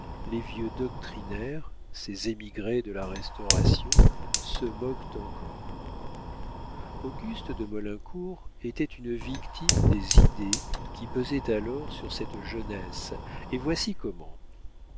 les vieux doctrinaires ces émigrés de la restauration se moquent encore auguste de maulincour était une victime des idées qui pesaient alors sur cette jeunesse et voici comment